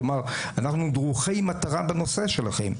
כלומר, אנחנו דרוכי מטרה בנושא שלכם.